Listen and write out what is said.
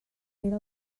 era